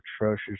atrocious